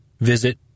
visit